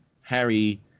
Harry